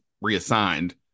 reassigned